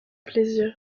plaisir